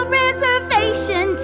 reservation